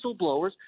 whistleblowers